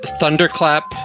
thunderclap